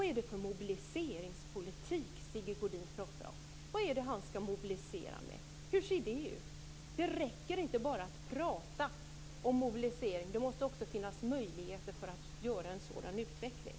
Vad är det för mobiliseringspolitik Sigge Godin pratar om? Vad är det han skall mobilisera? Hur ser det ut? Det räcker inte att bara prata om mobilisering; det måste också finnas möjligheter för en sådan utveckling.